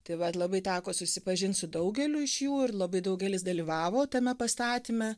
tai vat labai teko susipažint su daugeliu iš jų ir labai daugelis dalyvavo tame pastatyme